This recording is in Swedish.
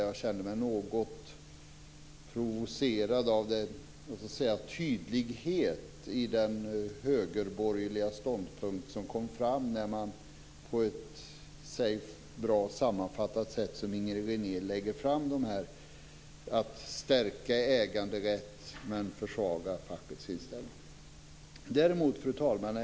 Jag kände mig något provocerad av den tydlighet som kom fram i den högerborgerliga ståndpunkt som lades fram av Inger René, nämligen att stärka äganderätt men försvaga fackets inställning. Fru talman!